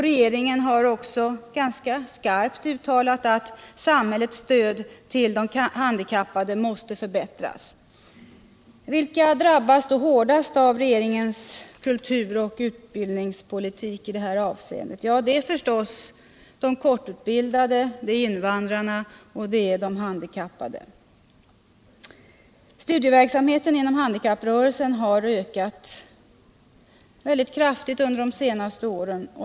Regeringen har också ganska skarpt uttalat att samhällets stöd till de handikappade måste förbättras. Vilka drabbas då hårdast av regeringens kultur och utbildningspolitik i detta avseende? Det är förstås de kortutbildade, invandrarna och de handikappade. Studieverksamheten inom handikapprörelsen har ökat kraftigt under de senaste åren.